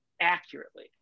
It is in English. accurately